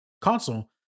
console